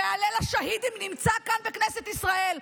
מהלל השהידים נמצא כאן בכנסת ישראל.